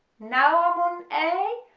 now i'm on a,